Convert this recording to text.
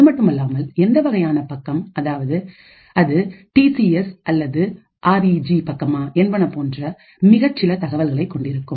அதுமட்டுமல்லாமல் எந்த வகையான பக்கம் அதாவது அது டி சி எஸ் அல்லது ஆர் இஜி பக்கமா என்பன போன்ற மிகச்சில தகவல்களையும் கொண்டிருக்கும்